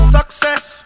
Success